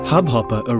Hubhopper